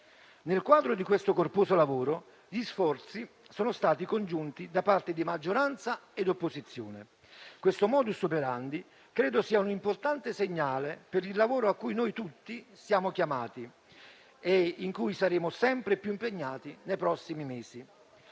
Nel quadro del corposo lavoro fatto, gli sforzi sono stati congiunti, da parte di maggioranza e di opposizione. Questo *modus operandi* è un importante segnale per il lavoro cui noi tutti siamo chiamati e in cui saremo sempre più impegnati nei prossimi mesi.